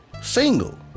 Single